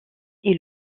est